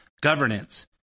governance